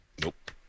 Nope